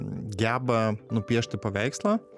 geba nupiešti paveikslą